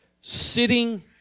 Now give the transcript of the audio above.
sitting